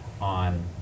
on